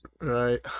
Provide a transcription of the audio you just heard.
right